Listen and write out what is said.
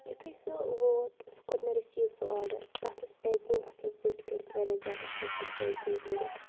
یُتھُے سُہ ووت سُہ کوٚر مےٚ رٔسیٖو سُہ آڈَر تَتھ ٲس پیکِنٛگ اَصٕل پٲٹھۍ کٔرِتھ واریاہ زیادٕ اَصٕل پٲٹھۍ پیکِنٛگ کٔرِتھ